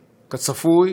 כצפוי,